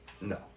No